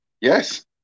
Yes